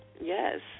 Yes